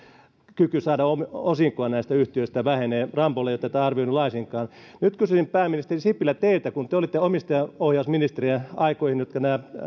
kyky saada osinkoa näistä yhtiöistä vähenee ramboll ei ole tätä arvioinut laisinkaan nyt kysyisin teiltä pääministeri sipilä kun te olitte omistajaohjausministerinä aikoihin jolloin nämä selvitykset